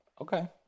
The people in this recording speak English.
Okay